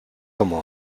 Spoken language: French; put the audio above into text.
comment